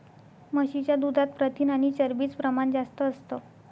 म्हशीच्या दुधात प्रथिन आणि चरबीच प्रमाण जास्त असतं